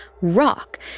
rock